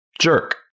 jerk